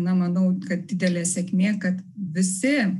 na manau kad didelė sėkmė kad visi